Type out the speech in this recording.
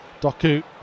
Doku